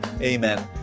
amen